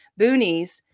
boonies